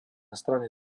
strane